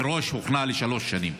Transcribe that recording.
מראש הוכנה לשלוש שנים.